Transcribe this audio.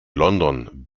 london